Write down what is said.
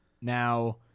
Now